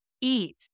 eat